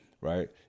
right